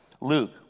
Luke